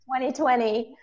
2020